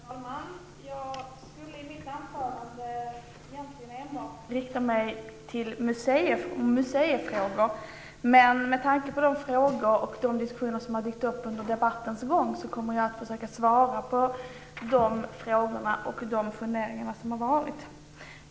Herr talman! Jag skulle i mitt anförande egentligen koncentrera mig på museifrågor, men med tanke på de frågor som har dykt upp under debattens gång kommer jag att försöka svara på de frågor och funderingar som har varit.